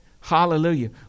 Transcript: Hallelujah